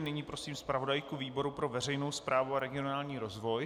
Nyní prosím zpravodajku výboru pro veřejnou správu a regionální rozvoj.